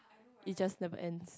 it just never ends